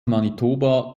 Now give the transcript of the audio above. manitoba